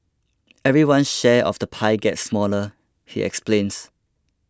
everyone share of the pie gets smaller he explains